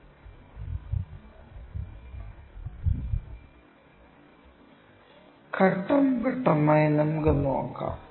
ഘട്ടം ഘട്ടമായി നമുക്ക് നോക്കാം